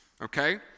okay